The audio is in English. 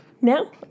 now